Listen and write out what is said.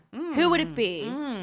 who would it be?